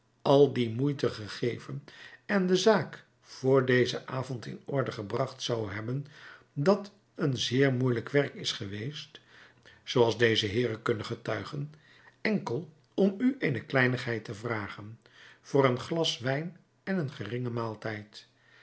al die moeite gegeven en de zaak voor dezen avond in orde gebracht zou hebben dat een zeer moeielijk werk is geweest zooals deze heeren kunnen getuigen enkel om u eene kleinigheid te vragen voor een glas wijn en een geringen maaltijd